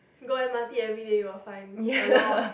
go m_r_t everyday you will find a lot